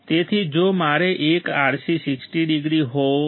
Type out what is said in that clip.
તેથી જો મારે એક RC 60 ડિગ્રી જોઈએ છે